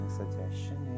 suggestion